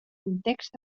context